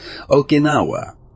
Okinawa